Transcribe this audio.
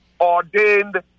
ordained